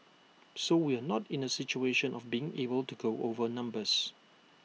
so we are not in A situation of being able to go over numbers